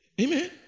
amen